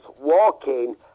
walking